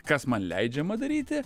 kas man leidžiama daryti